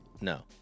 No